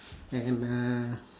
and uh